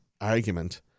argument